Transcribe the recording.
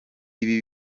ibi